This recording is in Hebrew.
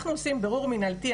אנחנו עושים בירור מינהלתי,